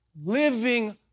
living